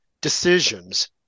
decisions